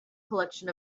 collection